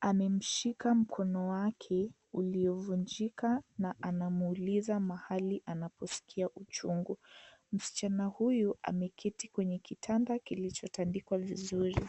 amemshika mkono wake uliovunjika na anamuuliza mahali anaposkia uchungu. Msichana huyu ameketi kwenye kitanda kilicho tandikwa vizuri.